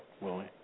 Willie